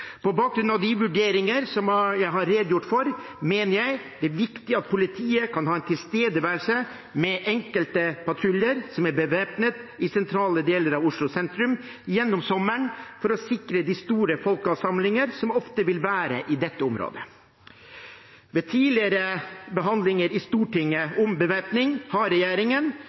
På bakgrunn av de vurderingene som jeg har redegjort for, mener jeg det er viktig at politiet kan ha en tilstedeværelse med enkelte patruljer som er bevæpnet, i sentrale deler av Oslo sentrum gjennom sommeren, for å sikre de store folkeansamlingene som ofte vil være i dette området. Ved tidligere behandlinger i Stortinget av bevæpning har regjeringen